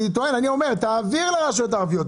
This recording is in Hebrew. אני אומר שתעביר לרשויות המקומיות הערביות,